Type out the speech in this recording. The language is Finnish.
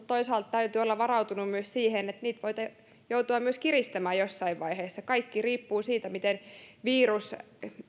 toisaalta täytyy olla varautunut myös siihen että niitä voidaan joutua myös kiristämään jossain vaiheessa kaikki riippuu siitä miten virus